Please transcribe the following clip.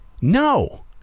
no